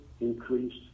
increased